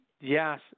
Yes